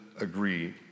agree